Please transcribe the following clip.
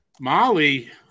Molly